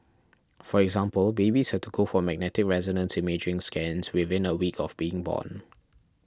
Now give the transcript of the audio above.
for example babies had to go for magnetic resonance imaging scans within a week of being born